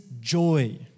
joy